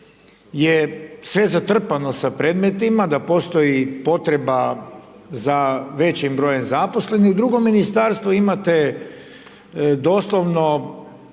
je sve zatrpano za predmetima, da postoji potreba za većim brojim zaposlenim u drugom ministarstvu imate doslovno